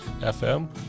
FM